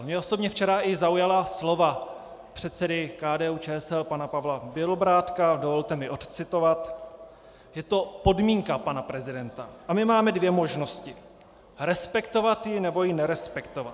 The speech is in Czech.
Mě osobně včera zaujala i slova předsedy KDUČSL pana Pavla Bělobrádka, dovolte mi odcitovat: Je to podmínka pana prezidenta a my máme dvě možnosti: respektovat ji, nebo ji nerespektovat.